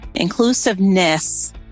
Inclusiveness